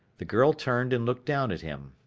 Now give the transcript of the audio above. the girl turned and looked down at him.